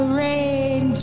rain